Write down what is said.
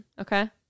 Okay